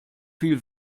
viel